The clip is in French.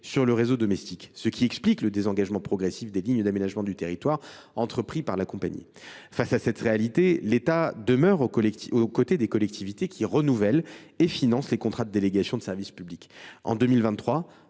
sur le réseau domestique, ce qui explique le désengagement progressif des LAT entrepris par la compagnie. Face à cette réalité, l’État demeure aux côtés des collectivités qui renouvellent et financent les contrats de délégation de service public. En 2023,